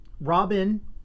Robin